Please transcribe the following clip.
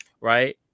right